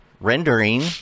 rendering